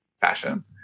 fashion